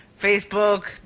Facebook